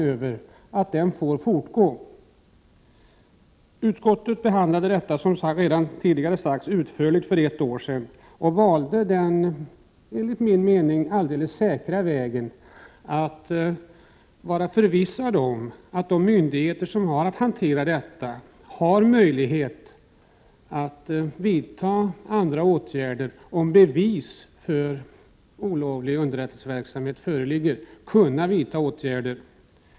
Som redan tidigare sagts, behandlade utskottet detta utförligt för ett år sedan och valde den, enligt min mening, alldeles säkra vägen att förvissa sig om att de myndigheter som har att hantera detta har möjlighet att vidta andra åtgärder, om bevis för olovlig underrättelseverksamhet föreligger.